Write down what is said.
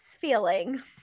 feeling